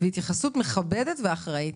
מכבדת ואחראית.